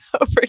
over